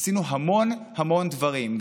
עשינו המון המון דברים,